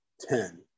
Ten